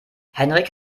henrik